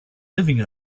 living